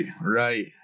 right